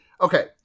okay